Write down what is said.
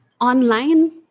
online